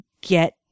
get